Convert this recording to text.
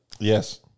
Yes